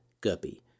Guppy